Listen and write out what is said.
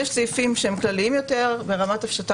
יש סעיפים כלליים יותר ברמת הפשטה